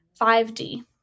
5D